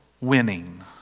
winning